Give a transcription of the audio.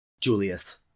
Julius